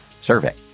survey